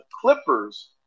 Clippers